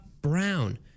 Brown